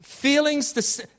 Feelings